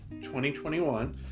2021